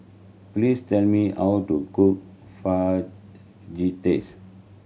please tell me how to cook Fajitas